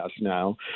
now